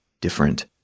different